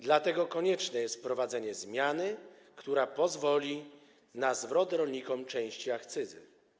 Dlatego konieczne jest wprowadzenie zmiany, która pozwoli na zwrot rolnikom części akcyzy.